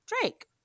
drake